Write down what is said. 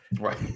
Right